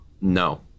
No